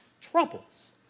troubles